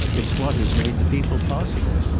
it's what has made the people possible.